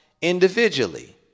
individually